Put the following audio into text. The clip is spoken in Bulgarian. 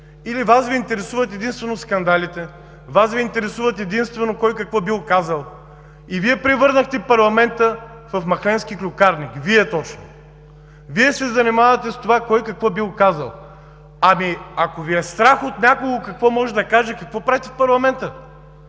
Или Вас Ви интересуват единствено скандалите, Вас Ви интересува единствено кой какво бил казал? И Вие превърнахте парламента в махленски клюкарник – Вие точно! Вие се занимавате с това кой какво бил казал. Ако Ви е страх от някого какво може да каже, какво правите в парламента?